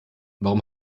warum